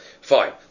Fine